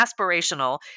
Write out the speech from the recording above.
aspirational